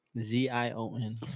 Z-I-O-N